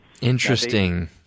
Interesting